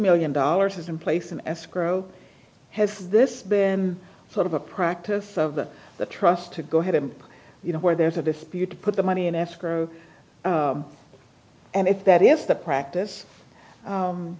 million dollars has been placed in escrow has this been sort of a practice of the trust to go ahead and you know where there's a dispute to put the money in escrow and if that is the practice